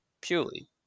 purely